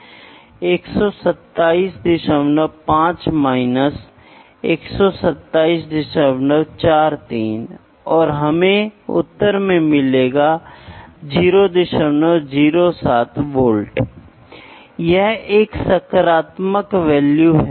इसलिए जो भी मैं मापता हूं मैं इसे या तो फीट की इकाइयों के लिए संदर्भित कर सकता हूं या मैं इंच में या कभी कभी इंच और सेंटीमीटर के बारे में बात करने की कोशिश कर सकता हूं